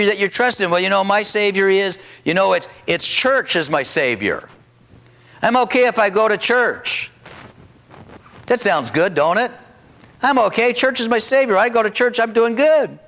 or that your trust in well you know my savior is you know it's it's church is my savior i'm ok if i go to church that sounds good don't it i'm ok church is my savior i go to church i'm doing good